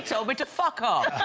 told me to fuck off